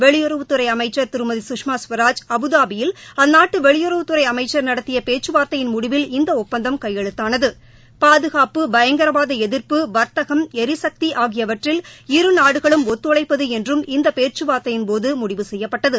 வெளியுறவுத்துறை அமைச்சா் திருமதி குஷ்மா ஸ்வராஜ் அந்நாட்டு வெளியுறவுத்துறை அமைச்சருடன் நடத்திய பேச்சுவாந்தையின் முடிவில் இந்த ஒப்பந்தம் கையெழுத்தானது பாதுகாப்பு பயங்கரவாத எதிர்ப்பு வர்த்தகம் எரிசக்தி ஆகியவற்றில் இரு நாடுகளும் ஒத்துழைப்பது என்றும் இந்த பேச்சுவார்த்தையின்போது முடிவு செய்யப்பட்டது